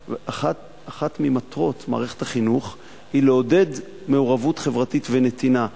אחת ממטרות מערכת החינוך היא לעודד מעורבות חברתית ונתינה,